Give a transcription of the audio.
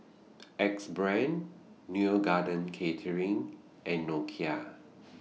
Axe Brand Neo Garden Catering and Nokia